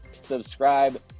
subscribe